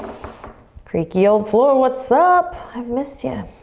creaky old floor, what's up? i've missed ya.